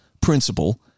principle